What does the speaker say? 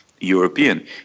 European